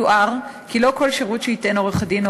יוער כי לא כל שירות שייתן עורך-דין או